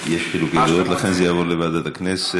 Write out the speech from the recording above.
יש חילוקי דעות, לכן זה יעבור לוועדת הכנסת.